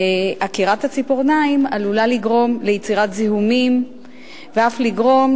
עקירת הציפורניים עלולה לגרום ליצירת זיהומים ואף לגרום